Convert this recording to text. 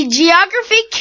geography